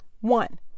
one